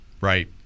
Right